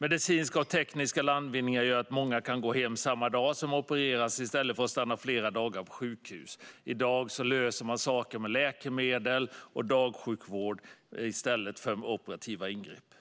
Medicinska och tekniska landvinningar gör att många kan gå hem samma dag som de opererats i stället för att stanna flera dagar på sjukhus. I dag löser man saker med läkemedel och dagsjukvård i stället för med operativa ingrepp.